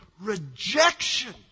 rejection